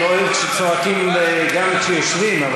אני לא אוהב שצועקים גם כשיושבים.